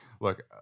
look